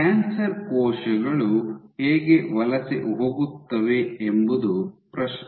cancer ಕೋಶಗಳು ಹೇಗೆ ವಲಸೆ ಹೋಗುತ್ತವೆ ಎಂಬುದು ಪ್ರಶ್ನೆ